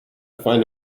find